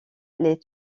les